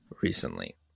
recently